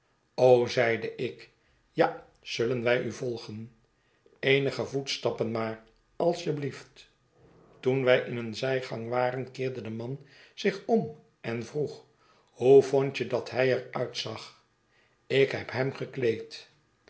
zeide ik ja zullen wij u volgen eenige voetstappen maar als je blieft toen wij in een zij gang waren keerde de man zich om en vroeg hoe vondt je dat hij er uitzag ik heb hem gekleed